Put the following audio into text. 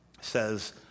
says